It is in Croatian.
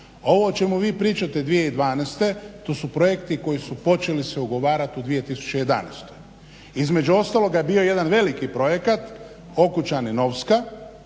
o čemu vi pričate 2012. To su projekti koji su se počeli ugovarati u 2011. Između ostaloga bio je jedan veliki projekat Okučani Novska